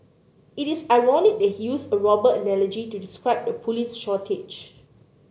it is ironic that he used a robber analogy to describe the police shortage